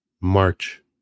march